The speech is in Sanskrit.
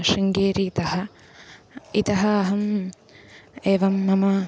शृङ्गेरीतः इतः अहम् एवं मम